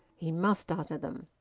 he must utter them.